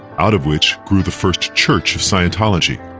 out of which grew the first church of scientology.